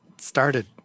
started